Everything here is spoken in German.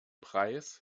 preis